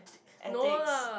ethics